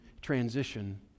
transition